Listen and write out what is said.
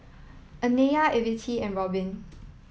Anaya Evette and Robin